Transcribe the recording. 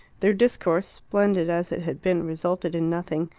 their discourse, splendid as it had been, resulted in nothing,